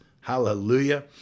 Hallelujah